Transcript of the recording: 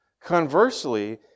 Conversely